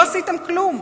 לא עשיתם כלום.